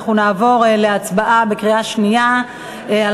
אנחנו נעבור להצבעה בקריאה שנייה על